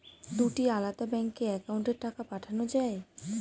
দুটি আলাদা ব্যাংকে অ্যাকাউন্টের টাকা পাঠানো য়ায়?